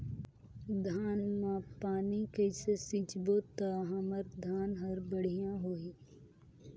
धान मा पानी कइसे सिंचबो ता हमर धन हर बढ़िया होही?